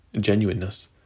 genuineness